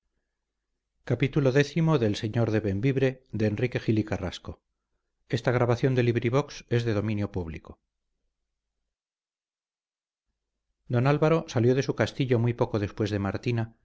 resultados don álvaro salió de su castillo muy poco después de martina